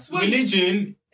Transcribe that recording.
religion